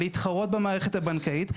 להתחרות במערכת הבנקאית.